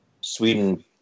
Sweden